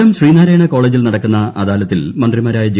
കൊല്ലം ശ്രീനാരായണ്ടു കോളേജിൽ നടക്കുന്ന അദാലത്തിൽ മന്ത്രിമാരായ ജെ